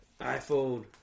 iPhone